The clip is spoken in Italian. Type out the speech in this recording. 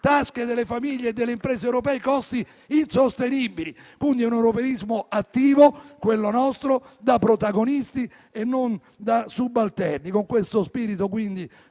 tasche delle famiglie e delle imprese europee costi insostenibili. Il nostro è un europeismo attivo, da protagonisti e non da subalterni. Con questo spirito, quindi,